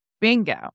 bingo